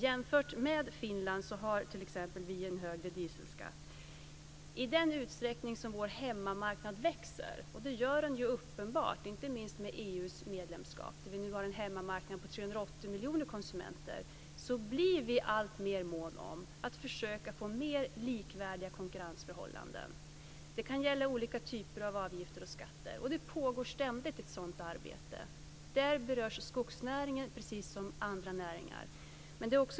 Jämfört med Finland har vi högre dieselskatt. Vår hemmamarknad växer, inte minst genom EU medlemskapet. Nu har vi en hemmamarknad på 380 miljoner konsumenter. Vi blir alltmer måna om att försöka att få likvärdiga konkurrensförhållanden. Det kan gälla olika typer av skatter och avgifter. Ett sådant arbete pågår ständigt, och där berörs skogsnäringen precis som andra näringar.